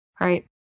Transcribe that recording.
right